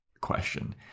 question